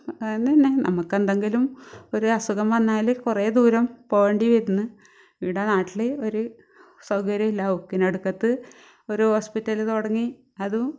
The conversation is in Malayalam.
അതിന് എന്നാ നമുക്കെന്തെങ്കിലും ഒരസുഖം വന്നാൽ കുറേ ദൂരം പോകേണ്ടി വരുന്നു ഇവിടെ നാട്ടിൽ ഒരു സൗകര്യമില്ല ഒക്കിനടുക്കത്ത് ഒരു ഹോസ്പിറ്റൽ തുടങ്ങി അതും